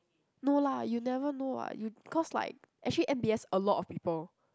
no lah you never know what you cause like actually M_B_S a lot of people